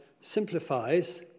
simplifies